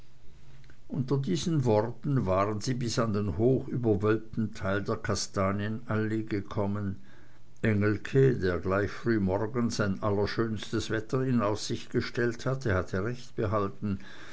unter diesen worten waren sie bis an den hochüberwölbten teil der kastanienallee gekommen engelke der gleich frühmorgens ein allerschönstes wetter in aussicht gestellt hatte hatte recht behalten